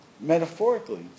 metaphorically